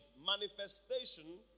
manifestation